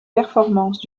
performances